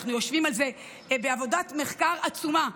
אנחנו יושבים על זה בעבודת מחקר עצומה,